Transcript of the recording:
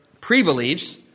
pre-beliefs